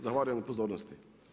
Zahvaljujem na pozornosti.